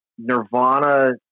Nirvana